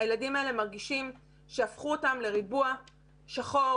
הילדים האלה מרגישים שהפכו אותם לריבוע שחור,